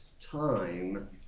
time